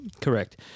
Correct